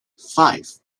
five